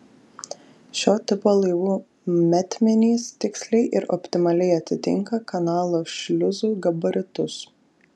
šio tipo laivų metmenys tiksliai ir optimaliai atitinka kanalo šliuzų gabaritus